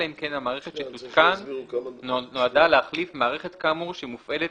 אלא אם כן המערכת שתותקן נועדה להחליף מערכת כאמור שמופעלת